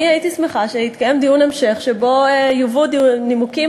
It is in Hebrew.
אני אשמח שיתקיים דיון המשך שבו יובאו נימוקים